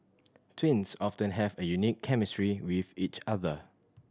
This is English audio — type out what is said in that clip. twins often have a unique chemistry with each other